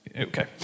Okay